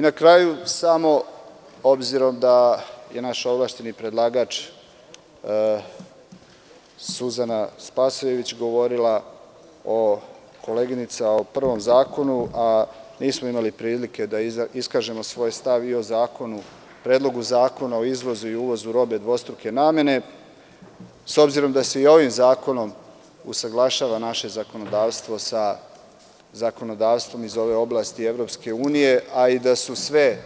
Na kraju, obzirom da je naš ovlašćeni predlagač, Suzana Spasojević, govorila o prvom zakonu, a nismo imali prilike da iskažemo svoj stav i o Predlogu zakona o izvozu i uvozu robe dvostruke namene, s obzirom da se i ovim zakonom usaglašava naše zakonodavstvo sa zakonodavstvom iz ove oblasti EU, a i da su sve